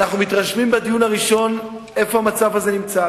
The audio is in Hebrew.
ואנחנו מתרשמים בדיון הראשון איפה המצב הזה נמצא.